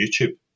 YouTube